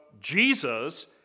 Jesus